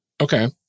Okay